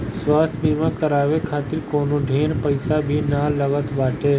स्वास्थ्य बीमा करवाए खातिर कवनो ढेर पईसा भी नाइ लागत बाटे